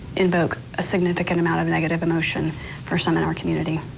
invoke a significant amount of negative emotion for some in our community.